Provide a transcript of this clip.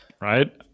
Right